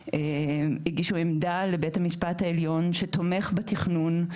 הגישו עמדה לבית המשפט העליון שתומך בתכנון,